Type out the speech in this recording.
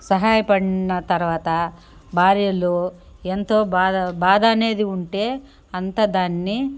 సహాయపడిన తర్వాత భార్యలు ఎంతో బాధ బాధ అనేది ఉంటే అంతా దాన్ని